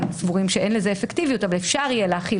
סבורים שאין לזה אפקטיביות אבל אפשר יהיה להחיל